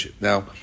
Now